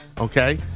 okay